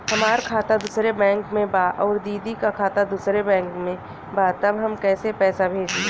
हमार खाता दूसरे बैंक में बा अउर दीदी का खाता दूसरे बैंक में बा तब हम कैसे पैसा भेजी?